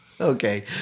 Okay